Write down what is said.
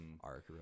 arc